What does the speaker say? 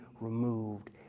removed